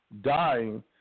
Dying